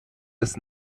des